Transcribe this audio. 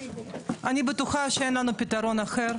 אני בטוחה שאין לנו פתרון אחר,